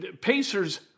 Pacers